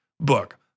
book